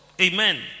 Amen